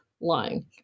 lying